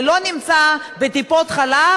זה לא נמצא בטיפות-חלב,